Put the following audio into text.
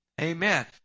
Amen